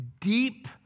deep